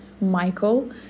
Michael